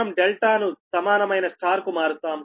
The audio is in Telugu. మనం ∆ ను సమానమైన Y కు మారుస్తాం